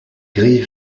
gris